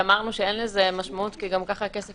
שאמרנו שאין לזה משמעות כי גם ככה הכסף